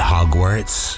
Hogwarts